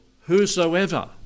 whosoever